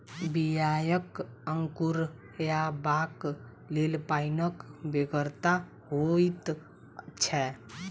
बियाक अंकुरयबाक लेल पाइनक बेगरता होइत छै